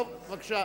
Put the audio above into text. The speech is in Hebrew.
טוב, בבקשה.